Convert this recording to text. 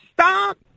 Stop